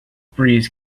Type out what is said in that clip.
breeze